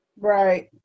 Right